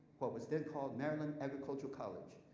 what was then called maryland agricultural college,